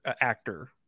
actor